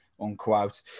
Unquote